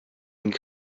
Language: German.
ihnen